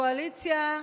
הקואליציה,